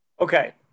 Okay